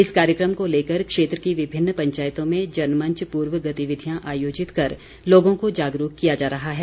इस कार्यक्रम को लेकर क्षेत्र की विभिन्न पंचायतों में जन मंच पूर्व गतिविधियां आयोजित कर लोगों को जागरूक किया जा रहा है